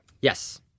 Yes